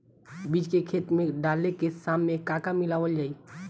बीज खेत मे डाले के सामय का का मिलावल जाई?